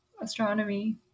astronomy